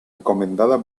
encomendada